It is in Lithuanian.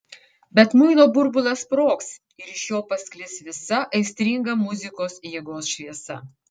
bet muilo burbulas sprogs ir iš jo pasklis visa aistringa muzikos jėgos šviesa